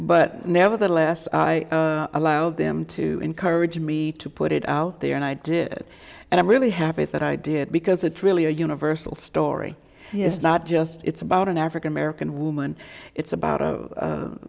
but nevertheless i allowed them to encourage me to put it out there and i did it and i'm really happy that i did because it's really a universal story it's not just it's about an african american woman it's about